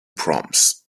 proms